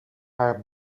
haar